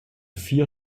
vier